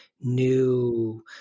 new